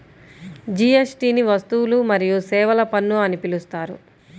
జీఎస్టీని వస్తువులు మరియు సేవల పన్ను అని పిలుస్తారు